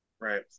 Right